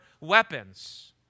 weapons